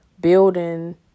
building